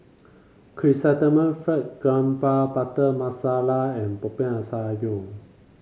Chrysanthemum Fried Garoupa Butter Masala and Popiah Sayur